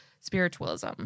spiritualism